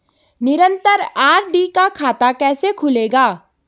निरन्तर आर.डी का खाता कैसे खुलेगा?